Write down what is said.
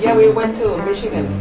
yeah we went to michigan.